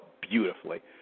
beautifully